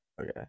Okay